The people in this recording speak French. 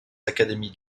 académies